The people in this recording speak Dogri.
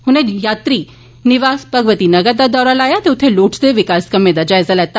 उनें यात्री निवास भगवती नगर दा दौरा लाया ते उत्थे लोड़चदे विकास कम्में दा जायजा लैता